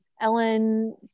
Ellen